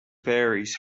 varies